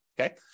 okay